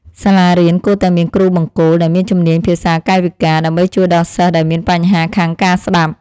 សាលារៀនគួរតែមានគ្រូបង្គោលដែលមានជំនាញភាសាកាយវិការ ដើម្បីជួយដល់សិស្សដែលមានបញ្ហាខាងការស្តាប់។